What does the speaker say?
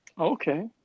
Okay